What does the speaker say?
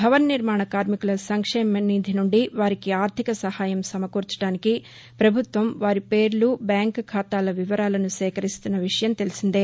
భవన నిర్మాణ కార్మికుల సంక్షేమ నిధి నుండి వారికి ఆర్థిక సహాయం సమకూర్చడానికి పభుత్వం వారి పేర్ల బ్యాంకు ఖాతాల వివరాలను సేకరిస్తున్న విషయం తెలిసిందే